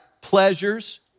pleasures